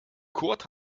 kurt